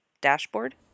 dashboard